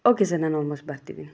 okay sir ನಾನು almost ಬರ್ತೀವಿ